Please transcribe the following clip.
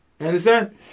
Understand